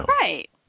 Right